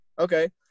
Okay